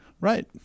Right